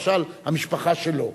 למשל המשפחה שלו.